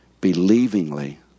believingly